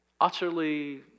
utterly